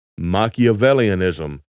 Machiavellianism